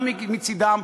גם מצדם,